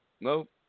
Nope